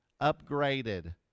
upgraded